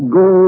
go